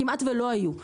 כמעט לא היו,